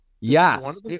Yes